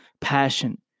passion